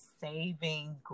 saving